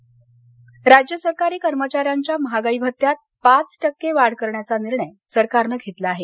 महापाई भत्ता राज्य सरकारी कर्मचाऱ्यांच्या महागाई भत्त्यात पाच टक्के वाढ करण्याचा निर्णय सरकारनं घेतला आहे